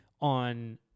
on